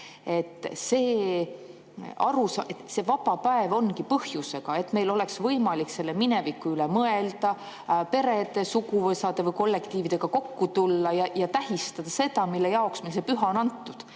või lõket. See vaba päev ongi põhjusega, et meil oleks võimalik mineviku üle mõelda, perede, suguvõsade või kollektiividega kokku tulla ja tähistada seda, mille jaoks meile see püha on antud.